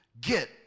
get